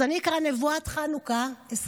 אני אקרא את נבואת חנוכה 2024,